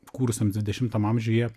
kūrusioms dvidešimtam amžiuje